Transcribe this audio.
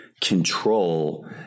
control